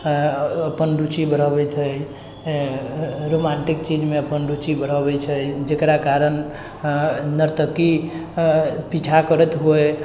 अपन रुचि बढ़ाबैत हइ रोमान्टिक चीजमे अपन रुचि बढ़ाबै छै जकरा कारण नर्तकी पीछा करैत होइ